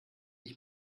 ich